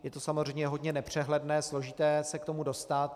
Je to samozřejmě hodně nepřehledné, složité se k tomu dostat.